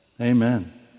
Amen